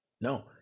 No